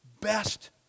best